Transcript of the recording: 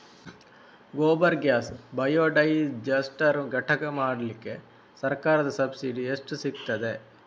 Gobar gas biodigester ಘಟಕ ಮಾಡ್ಲಿಕ್ಕೆ ಸರ್ಕಾರದ ಸಬ್ಸಿಡಿ ಎಷ್ಟು ಸಿಕ್ತಾದೆ?